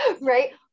right